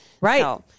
Right